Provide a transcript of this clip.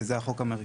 וזה החוק המרכזי,